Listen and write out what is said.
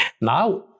Now